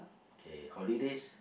okay holidays